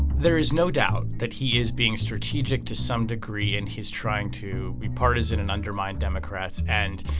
there is no doubt that he is being strategic to some degree and he's trying to be partisan and undermine democrats and